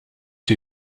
two